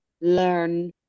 learn